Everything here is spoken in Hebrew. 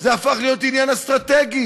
זה הפך להיות עניין אסטרטגי.